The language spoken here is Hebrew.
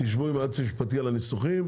תשבו עם היועץ המשפטי על הניסוחים.